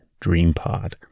DreamPod